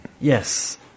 Yes